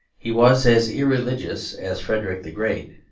he was as irreligious as frederick the great,